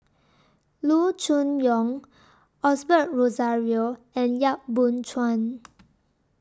Loo Choon Yong Osbert Rozario and Yap Boon Chuan